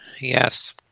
Yes